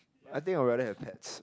I think I'd rather have pets